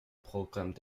programmes